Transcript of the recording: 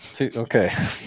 Okay